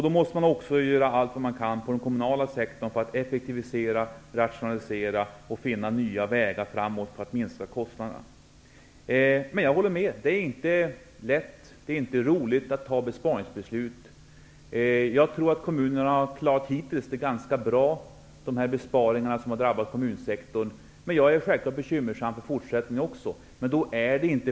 Då måste man också göra allt man kan inom den kommunala sektorn när det gäller att effektivsera, rationalisera och finna nya vägar framåt för att därmed minska kostnaderna. Jag håller med om att det inte är vare sig lätt eller roligt att fatta besparingsbeslut. Jag tror att kommunerna hittills har klarat besparingar inom kommunsektorn ganska bra. Men självfallet är också jag bekymrad för hur det blir i fortsättningen.